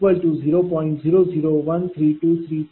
0013234 p